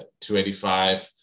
285